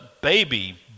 baby